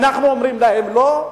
אנחנו אומרים להם לא?